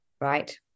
right